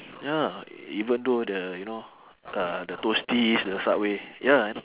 ya even though the you know uh the toasties the subway ya I know